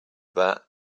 that